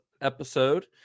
episode